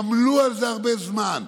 עמלו על זה הרבה זמן.